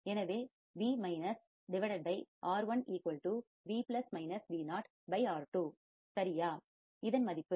எனவே V R1 V Vo R2 சரியா இதன் மதிப்பு